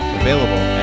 available